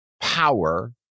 power